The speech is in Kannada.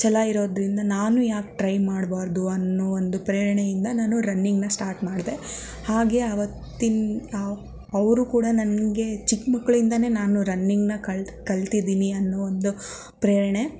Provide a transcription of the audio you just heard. ಛಲ ಇರೋದ್ರಿಂದ ನಾನು ಯಾಕೆ ಟ್ರೈ ಮಾಡ್ಬಾರ್ದು ಅನ್ನೋ ಒಂದು ಪ್ರೇರಣೆಯಿಂದ ನಾನು ರನ್ನಿಂಗ್ನ ಸ್ಟಾಟ್ ಮಾಡದೇ ಹಾಗೆ ಅವತ್ತಿನ ಅವರು ಕೂಡ ನನಗೆ ಚಿಕ್ಕಮಕ್ಕಳಿಂದಲೇ ನಾನು ರನ್ನಿಂಗ್ನ ಕಲ್ ಕಲ್ತಿದ್ದೀನಿ ಅನ್ನೋ ಒಂದು ಪ್ರೇರಣೆ